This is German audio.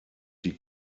die